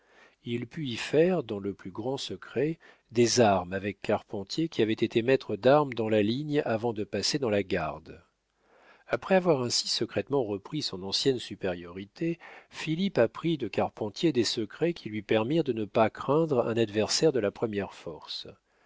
il put y faire dans le plus grand secret des armes avec carpentier qui avait été maître d'armes dans la ligne avant de passer dans la garde après avoir ainsi secrètement repris son ancienne supériorité philippe apprit de carpentier des secrets qui lui permirent de ne pas craindre un adversaire de la première force